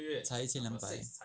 才一千两百